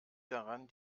daran